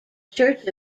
church